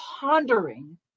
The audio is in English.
pondering